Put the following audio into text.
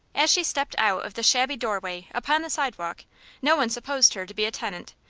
as she stepped out of the shabby doorway upon the sidewalk no one supposed her to be a tenant,